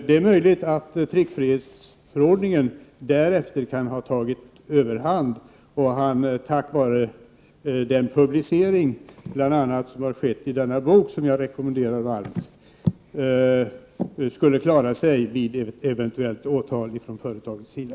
Det är möjligt att tryckfrihetsförordningen därefter kan ha tagit överhand och han tack vare publiceringen, bl.a. i den bok som jag varmt rekommenderar, skulle klara sig vid ett eventuellt åtal från företagets sida.